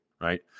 right